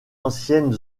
ancienne